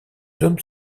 hommes